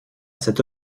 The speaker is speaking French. cet